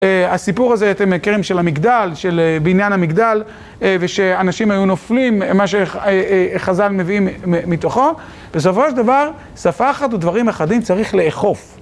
הסיפור הזה, אתם מכירים, של המגדל, של בניין המגדל, ושאנשים היו נופלים, מה שהחז"ל מביא מתוכו. בסופו של דבר, שפה אחת ודברים אחדים צריך לאכוף.